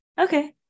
Okay